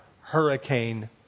hurricane